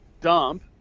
dump